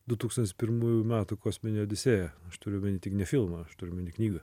du tūkstantis pirmųjų metų kosminė odisėja aš turiu omeny tik ne filmą aš turiu omeny knygą